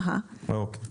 אוקיי.